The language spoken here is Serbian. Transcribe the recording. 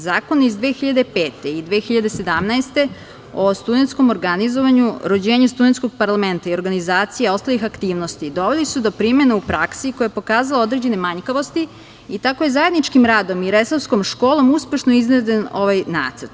Zakon iz 2005. i 2017. godine o studentskom organizovanju, rođenju studentskog parlamenta i organizacija ostalih aktivnosti doveli su do primene u praksi koja je pokazala određene manjkavosti i tako je zajedničkim radom i resavskom školom uspešno izveden ovaj nacrt.